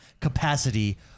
capacity